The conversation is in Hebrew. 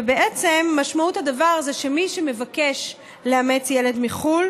ובעצם משמעות הדבר היא שמי שמבקש לאמץ ילד מחו"ל